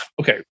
Okay